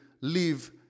live